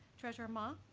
treasurer ma?